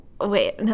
wait